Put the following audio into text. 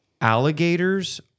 alligators